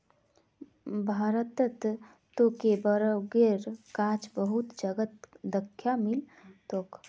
भारतत तोके बरगदेर गाछ बहुत जगहत दख्वा मिल तोक